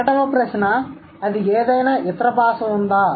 ఒకటవ ప్రశ్న అది ఏదైనా ఇతర భాష ఉందా